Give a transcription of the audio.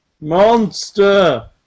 Monster